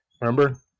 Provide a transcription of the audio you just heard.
Remember